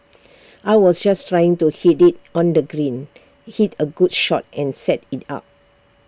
I was just trying to hit IT on the green hit A good shot and set IT up